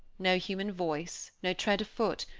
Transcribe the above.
no human voice, no tread of foot,